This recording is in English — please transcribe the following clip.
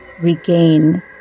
regain